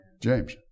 James